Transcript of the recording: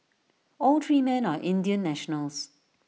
all three men are Indian nationals